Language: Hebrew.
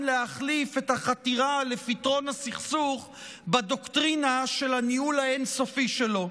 להחליף את החתירה לפתרון הסכסוך בדוקטרינה של הניהול האין-סופי שלו.